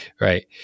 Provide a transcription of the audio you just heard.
right